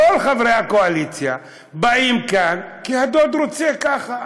כל חברי הקואליציה באים לכאן, כי הדוד רוצה ככה.